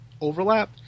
overlap